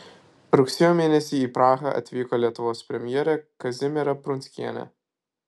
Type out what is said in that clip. rugsėjo mėnesį į prahą atvyko lietuvos premjerė kazimiera prunskienė